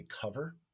cover